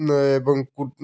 ନେ ଏବଂ କୁ